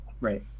right